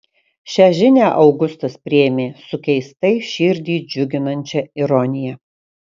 šią žinią augustas priėmė su keistai širdį džiuginančia ironija